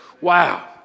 Wow